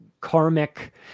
karmic